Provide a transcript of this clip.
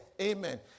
Amen